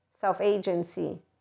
self-agency